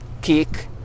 kick